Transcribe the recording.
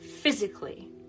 physically